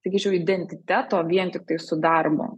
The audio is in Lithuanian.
sakyčiau identiteto vien tiktai su darbu